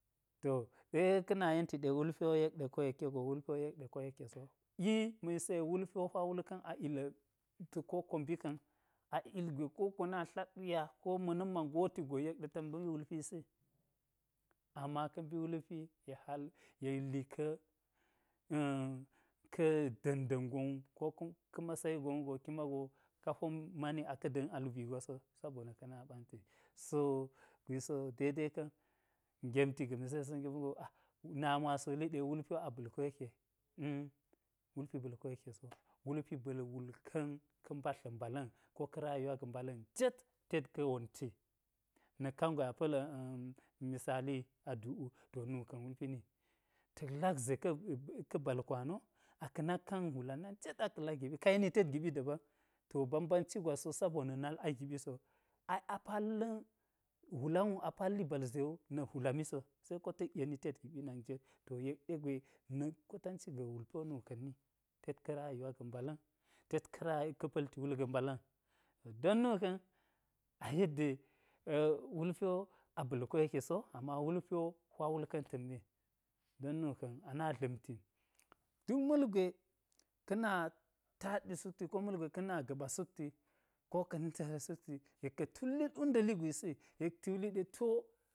To ɗe ka̱ yenti ye wulpi wo yekɗe koyekkego wulpi wo yekɗe koyekkeso, ima̱ yisi ye wulpi wo hwa wul ka̱n a illa̱ ta̱ kowokko mbi ka̱n a ugwe kowokko mbi ka̱n a ugwe kowokko na wuya ko ma̱ na̱n ma ngoti go yek ɗeta̱n mbi wulpisi, ama ka̱ mbi wulpi yek hal yek lika̱ a̱ka̱ da̱nda̱an gon wu, ko ka̱ masayi gonwugo ki mago ka po mani aka̱ da̱n alubii gwaso, sabona̱ ka̱ na ɓanti, so gwisi wo dede ka̱n gemti gamisi ɗe sa̱gema̱n go a nami wo asa̱ wuliɗe, wulpi wo aba̱l koyekke, i wulpi ba̱l ko yekke so, wulpi ba̱l wulka̱n ka̱ mbadl ga̱ mbala̱n, ko ka̱ rayuwa ga̱ mbala̱n njet tet ka̱ wonti, na̱k kangwe apa̱l misali adukwu to nu ka̱n wulpi ni ta̱k lak ze ka̱ bal kwano aka̱ nak kan hwulan nak nget aka̱ lak giɓi ka yeni tet giɓi dabam to bambanci gwas wo sabona̱ nal agiɓi so, ai apalla̱n hwulanwu apalli bal ze wu na̱k hulamiso, seko ta̱k yeni tet giɓi nak njet, to yek ɗe gwe, na̱k kotanci ga̱ wulpi wo nu ka̱nni tet ka̱ rayuwa ga mbala̱n, tet ka ra tet ka̱ pa̱lti wulga̱ mbala̱n, to don nu ka̱n ayedde wulpi a ba̱l koyekkeso, ama wulpi wo nwa wulka̱n ta̱n mwe don nuka̱n a nadda̱mti, duk ma̱lgwe, ka̱ na taɗi sukti, ko ma̱lgwe ka̱ na gaɓa sukti, ko ka̱ni tare sukti, yek ka̱ tullit wunda̱li gwisi yek ta̱ wuli ɗe tiwo.